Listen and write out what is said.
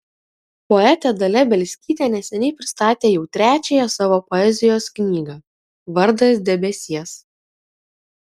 poetė dalia bielskytė neseniai pristatė jau trečiąją savo poezijos knygą vardas debesies